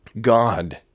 God